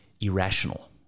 irrational